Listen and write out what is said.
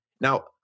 now